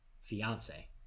fiance